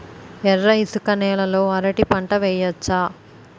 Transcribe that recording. ఎర్ర ఇసుక నేల లో అరటి పంట వెయ్యచ్చా?